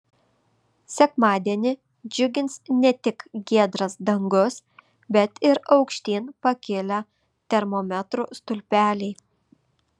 sekmadienį džiugins ne tik giedras dangus bet ir aukštyn pakilę termometrų stulpeliai